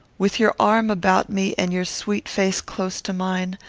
with your arm about me, and your sweet face close to mine,